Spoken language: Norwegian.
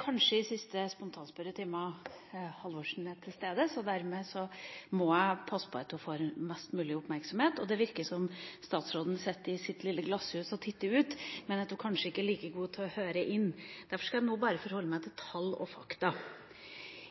kanskje siste spontanspørretimen Halvorsen er til stede i, så dermed må jeg passe på at hun får mest mulig oppmerksomhet. Det virker som om statsråden sitter i sitt lille glasshus og titter ut, men jeg tror hun kanskje ikke er like god til å høre inn. Derfor skal jeg nå bare forholde meg til tall og fakta.